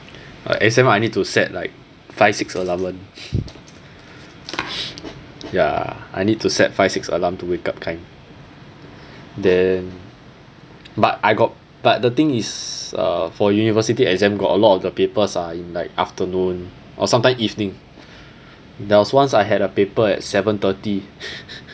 uh exam I need to set like five six alarm [one] ya I need to set five six alarm to wake up kind then but I got but the thing is uh for university exam got a lot of the papers are in like afternoon or sometime evening there was once I had a paper at seven thirty